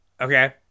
Okay